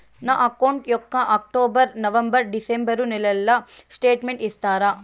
నా అకౌంట్ యొక్క October, November, December నెలల స్టేట్మెంట్ ఇస్తారా?